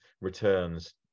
returns